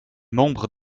membre